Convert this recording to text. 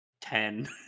ten